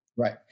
Right